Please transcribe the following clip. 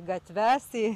gatves į